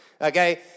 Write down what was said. okay